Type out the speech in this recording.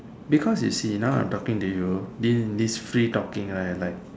because you see now I'm talking to you this this free talking right like